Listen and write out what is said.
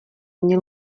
mně